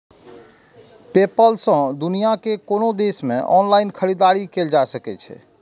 PayPal सं दुनिया के कोनो देश मे ऑनलाइन खरीदारी कैल जा सकै छै